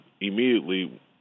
immediately